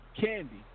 Candy